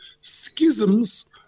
schisms